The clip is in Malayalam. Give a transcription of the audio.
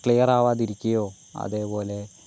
ക്ലിയറാവാതിരിക്കുകയോ അതേപോലെ